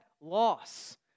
loss